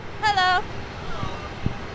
Hello